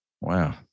Wow